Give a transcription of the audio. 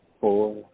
four